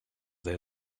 they